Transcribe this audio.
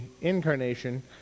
incarnation